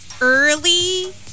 early